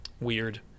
Weird